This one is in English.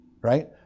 right